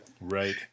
right